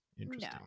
interesting